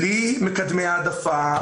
בלי מקדמי העדפה,